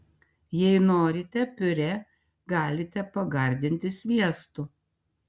jei norite piurė galite pagardinti sviestu